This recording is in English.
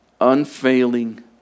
unfailing